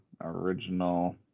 Original